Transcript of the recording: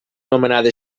nomenada